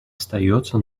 остается